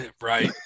right